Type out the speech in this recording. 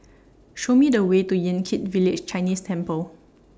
Show Me The Way to Yan Kit Village Chinese Temple